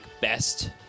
best